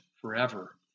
forever